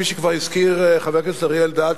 כפי שכבר הזכיר חבר הכנסת אריה אלדד,